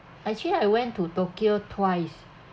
actually I went to tokyo twice